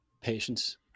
patience